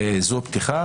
זו פתיחה.